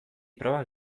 probak